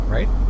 Right